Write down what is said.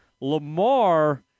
Lamar